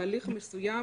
בהליך מסוים,